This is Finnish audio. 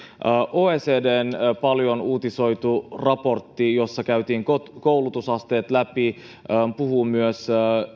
oecdn paljon uutisoitu raportti jossa käytiin koulutusasteet läpi puhuu myös